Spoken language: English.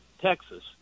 Texas